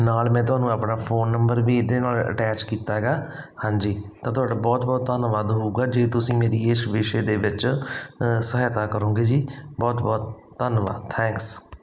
ਨਾਲ ਮੈਂ ਤੁਹਾਨੂੰ ਆਪਣਾ ਫੋਨ ਨੰਬਰ ਵੀ ਇਹਦੇ ਨਾਲ ਅਟੈਚ ਕੀਤਾ ਹੈਗਾ ਹਾਂਜੀ ਤਾਂ ਤੁਹਾਡਾ ਬਹੁਤ ਬਹੁਤ ਧੰਨਵਾਦ ਹੋਊਗਾ ਜੇ ਤੁਸੀਂ ਮੇਰੀ ਇਸ ਵਿਸ਼ੇ ਦੇ ਵਿੱਚ ਸਹਾਇਤਾ ਕਰੋਗੇ ਜੀ ਬਹੁਤ ਬਹੁਤ ਧੰਨਵਾਦ ਥੈਂਕਸ